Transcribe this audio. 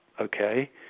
okay